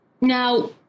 Now